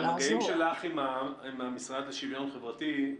מן המגעים שלך עם המשרד לשוויון חברתי,